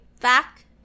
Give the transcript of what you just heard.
back